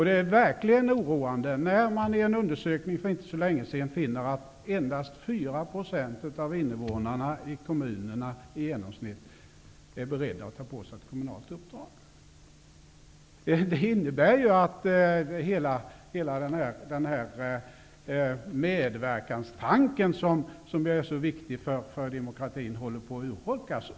Det är verkligen oroande att, som framgick av en undersökning för inte så länge sedan, i genomsnitt endast 4 % av kommuninvånarna är beredda att ta på sig ett kommunalt uppdrag. Det innebär att hela medverkanstanken, som är så viktig för demokratin, håller på att urholkas.